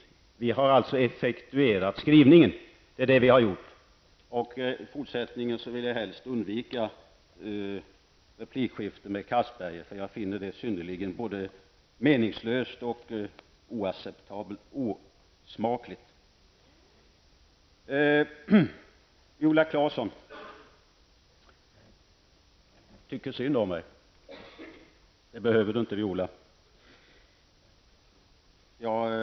Vad vi har gjort är alltså att vi har effektuerat skrivningen. I fortsättningen vill jag helst undvika replikskiften med Anders Castberger, för jag finner det både meningslöst och osmakligt. Viola Claesson tycker synd om mig. Det behöver inte Viola Claesson göra.